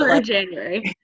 January